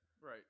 right